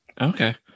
Okay